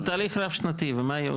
זה תהליך רב שנתי,